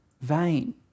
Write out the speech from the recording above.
vain